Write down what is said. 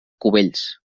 cubells